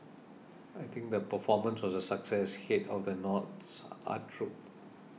I think the performance was a success head of the North's art troupe